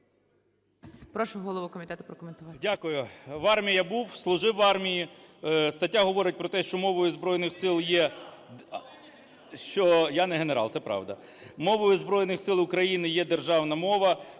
Прошу голову комітету прокоментувати.